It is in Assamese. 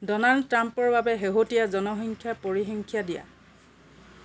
ডনাল্ড ট্ৰাম্পৰ বাবে শেহতীয়া জনসংখ্যাৰ পৰিসংখ্যা দিয়া